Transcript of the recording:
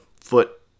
foot